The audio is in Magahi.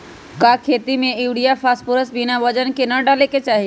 का खेती में यूरिया फास्फोरस बिना वजन के न डाले के चाहि?